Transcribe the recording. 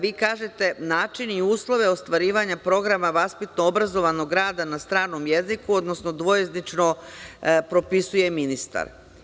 Vi kažete – način i uslove ostvarivanja programa vaspitno-obrazovnog rada na stranom jeziku, odnosno dvojezično propisuje ministar.